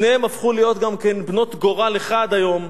שתיהן הפכו להיות גם כן בנות גורל אחד היום.